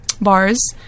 bars